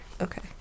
Okay